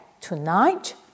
tonight